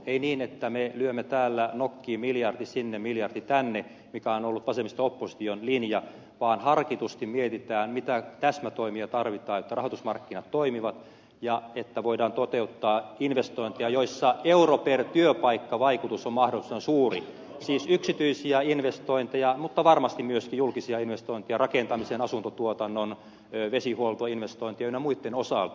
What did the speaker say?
ei niin että me lyömme täällä nokkiin miljardi sinne miljardi tänne mikä on ollut vasemmisto opposition linja vaan harkitusti mietitään mitä täsmätoimia tarvitaan jotta rahoitusmarkkinat toimivat ja jotta voidaan toteuttaa investointeja joissa euro per työpaikka vaikutus on mahdollisimman suuri siis yksityisiä investointeja mutta varmasti myöskin julkisia investointeja rakentamisen asuntotuotannon vesihuollon ynnä muitten osalta